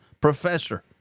professor